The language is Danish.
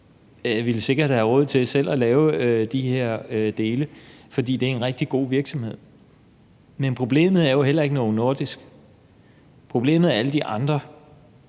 Nordisk sikkert selv ville have råd til det, for det er en rigtig god virksomhed, men problemet er jo heller ikke Novo Nordisk, problemet er alle de andre.